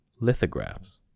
lithographs